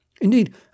Indeed